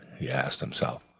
he asked himself.